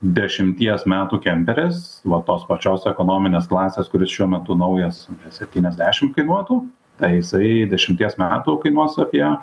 dešimties metų kemperis va tos pačios ekonominės klasės kuris šiuo metu naujas septyniasdešim kainuotų tai jisai dešimties metų kainuos apie